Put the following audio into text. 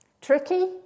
Tricky